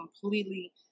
completely